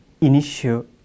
initial